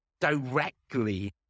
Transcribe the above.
directly